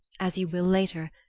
as you will later,